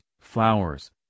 flowers